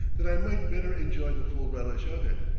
that i might better enjoy the full relish of it.